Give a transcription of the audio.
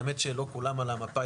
האמת שלא כולם על המפה,